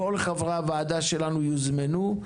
כל חברי הוועדה שלנו יוזמנו.